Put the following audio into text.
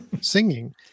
singing